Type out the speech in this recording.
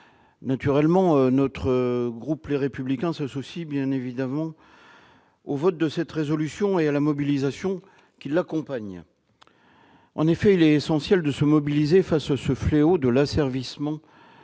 notre institution. Le groupe Les Républicains s'associe bien évidemment au vote de cette proposition de résolution et à la mobilisation qui l'accompagne. En effet, il est essentiel de se mobiliser face à ce fléau de l'asservissement